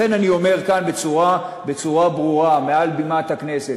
לכן אני אומר בצורה ברורה כאן מעל בימת הכנסת: